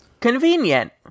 Convenient